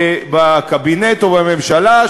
בקבינט או בממשלה,